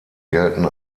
gelten